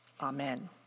Amen